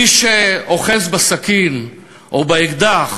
מי שאוחז בסכין או באקדח